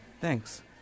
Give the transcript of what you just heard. Thanks